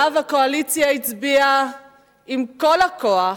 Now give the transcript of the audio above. ועליו הקואליציה הצביעה עם כל הכוח,